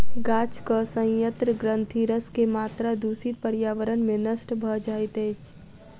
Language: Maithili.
गाछक सयंत्र ग्रंथिरस के मात्रा दूषित पर्यावरण में नष्ट भ जाइत अछि